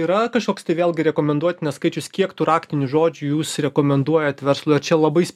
yra kažkoks tai vėlgi rekomenduotinas skaičius kiek tų raktinių žodžių jūs rekomenduojat verslui ar čia labai